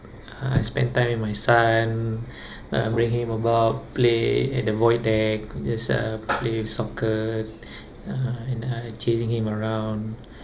uh I spend time with my son uh bring him about play at the void deck just uh play with soccer uh and uh chasing him around